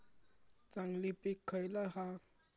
चांगली पीक खयला हा?